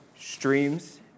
Streams